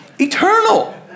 Eternal